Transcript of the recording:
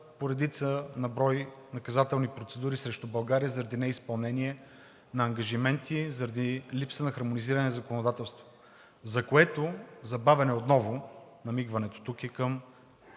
по редица на брой наказателни процедури срещу България заради неизпълнение на ангажименти, заради липса на хармонизиране на законодателството, за което забавяне отново намигването тук е към